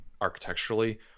architecturally